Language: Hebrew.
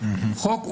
חוק ומשפט,